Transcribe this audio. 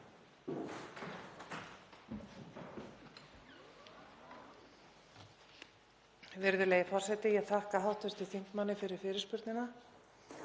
Virðulegi forseti. Ég þakka hv. þingmanni fyrir fyrirspurnina.